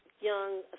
young